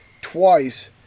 twice